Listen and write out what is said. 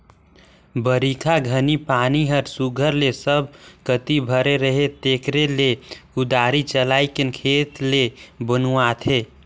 बरिखा घनी पानी हर सुग्घर ले सब कती भरे रहें तेकरे ले कुदारी चलाएके खेत ल बनुवाथे